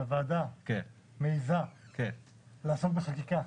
שהוועדה מעיזה לעסוק בחקיקה.